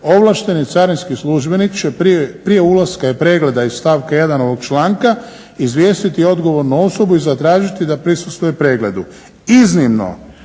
ovlašteni carinski službenik će prije ulaska i pregleda iz stavka 1. ovog članka izvijestiti odgovornu osobu i zatražiti da prisustvuje pregledu. Iznimno